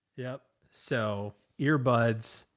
yep. so earbuds,